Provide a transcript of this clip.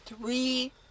Three